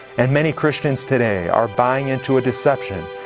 and many christians today are buying into a deception.